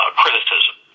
criticism